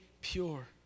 pure